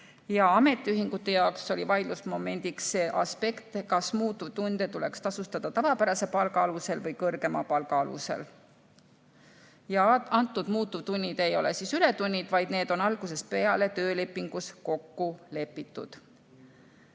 Ametiühingute jaoks oli vaidlusmomendiks aspekt, kas muutuvtunde tuleks tasustada tavapärase palga või kõrgema palga alusel. Muutuvtunnid ei ole ületunnid, vaid need on algusest peale töölepingus kokku lepitud.